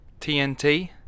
TNT